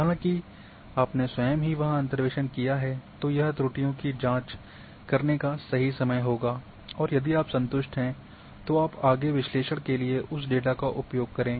हालांकि आपने स्वयं ही वहां अंतर्वेशन किया है तो यह त्रुटियों की जांच करने का सही समय होगा और यदि आप संतुष्ट हैं तो आप आगे विश्लेषण के लिए उस डेटा का उपयोग करें